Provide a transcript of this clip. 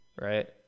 right